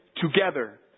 together